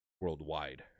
worldwide